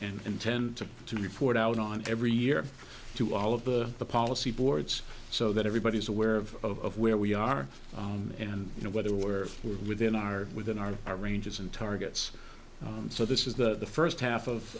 and intend to report out on every year to all of the policy boards so that everybody is aware of where we are and you know whether we're within our within our our ranges and targets so this is the first half of